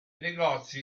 negozi